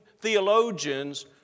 theologians